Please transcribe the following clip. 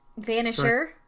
Vanisher